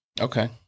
Okay